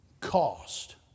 cost